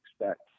expect